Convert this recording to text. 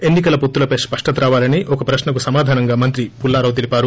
ఎన్ని కల వొత్తులపై స్పష్షత రావాలని ఒక ప్రశ్స కు సమాధానంగా మంత్రి పుల్లారావు తెలిపారు